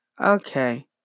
okay